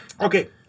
Okay